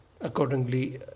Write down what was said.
accordingly